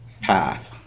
path